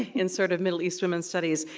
in sort of middle east women studies.